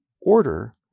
order